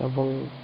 ଏବଂ